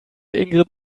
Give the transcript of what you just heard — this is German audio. ingrid